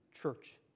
church